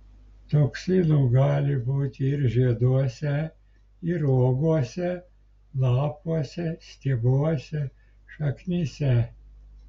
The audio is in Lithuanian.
toksinų gali būti ir žieduose ir uogose lapuose stiebuose šaknyse